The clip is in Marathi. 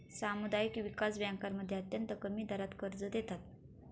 सामुदायिक विकास बँकांमध्ये अत्यंत कमी दरात कर्ज देतात